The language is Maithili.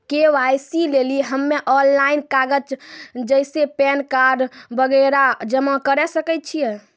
के.वाई.सी लेली हम्मय ऑनलाइन कागज जैसे पैन कार्ड वगैरह जमा करें सके छियै?